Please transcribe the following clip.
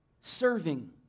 serving